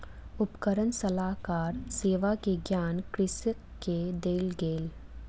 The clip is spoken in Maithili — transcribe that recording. उपकरण सलाहकार सेवा के ज्ञान कृषक के देल गेल